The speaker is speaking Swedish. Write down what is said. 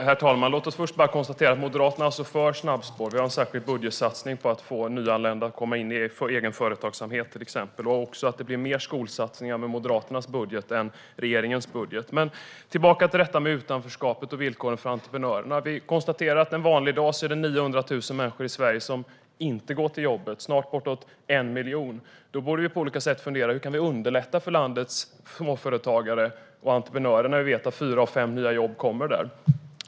Herr talman! Låt oss först konstatera att Moderaterna är för snabbspår. Vi har en särskild budgetsatsning på att få nyanlända att komma in i till exempel egen företagsamhet. Det blir också mer skolsatsningar med Moderaternas budget än med regeringens budget. Tillbaka till detta med utanförskapet och villkoren för entreprenörerna. Vi konstaterar att en vanlig dag är det 900 000 människor i Sverige som inte går till jobbet. Det är snart bortåt 1 miljon. Då borde vi på olika sätt fundera: Hur kan vi underlätta för landets småföretagare och entreprenörer när vi vet att fyra av fem nya jobb kommer där?